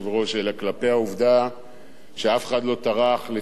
שאף אחד לא טרח לציין ולהדגיש לעם ישראל שאנחנו,